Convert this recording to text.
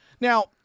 now